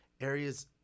areas